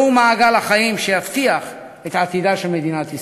זהו מעגל החיים שיבטיח את עתידה של מדינת ישראל.